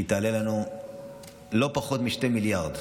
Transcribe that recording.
היא תעלה לנו לא פחות מ-2 מיליארד,